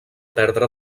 perdre